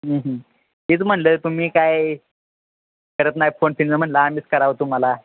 तेच म्हणलं तुम्ही काय करत नाही फोन फिन म्हणलं आम्हीच करावं तुम्हाला